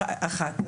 אחת.